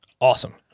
awesome